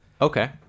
Okay